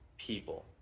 people